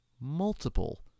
multiple